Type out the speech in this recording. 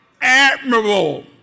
admirable